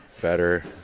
better